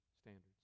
standards